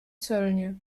celnie